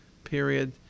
period